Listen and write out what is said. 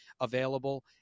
available